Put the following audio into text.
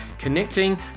Connecting